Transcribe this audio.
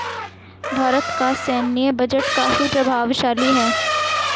भारत का सैन्य बजट काफी प्रभावशाली है